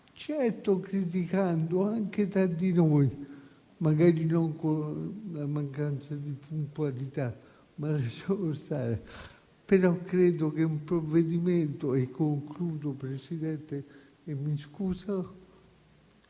certo criticando anche tra di noi, magari non con la mancanza di puntualità (ma lasciamo stare). Credo che un provvedimento - concludo, Presidente, e mi scuso